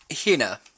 Hina